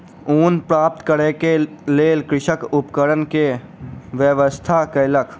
ऊन प्राप्त करै के लेल कृषक उपकरण के व्यवस्था कयलक